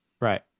Right